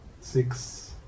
six